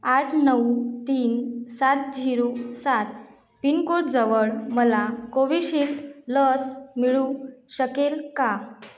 आठ नऊ तीन सात झिरो सात पिनकोडजवळ मला कोविशिल्ड लस मिळू शकेल का